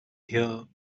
here